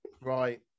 Right